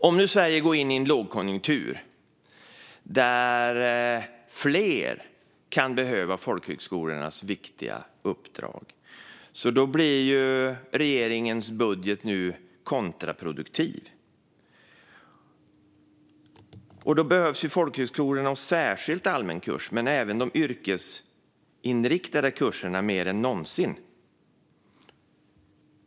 Om nu Sverige går in i en lågkonjunktur där fler kan behöva folkhögskolornas viktiga uppdrag blir ju regeringens nya budget kontraproduktiv. Då behövs folkhögskolorna och särskilt deras allmänna kurser, men även de yrkesinriktade kurserna, mer än någonsin.